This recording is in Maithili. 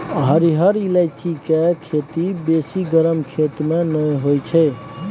हरिहर ईलाइची केर खेती बेसी गरम खेत मे नहि होइ छै